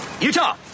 Utah